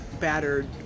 battered